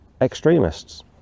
extremists